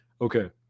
okay